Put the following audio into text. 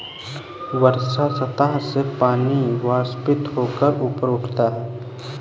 वर्षा सतह से पानी वाष्पित होकर ऊपर उठता है